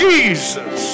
Jesus